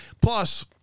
Plus